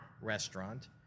restaurant